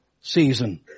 season